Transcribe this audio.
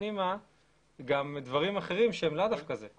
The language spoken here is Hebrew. פנימה גם דברים אחרים שהם לאו דווקא זה.